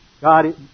God